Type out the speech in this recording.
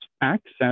access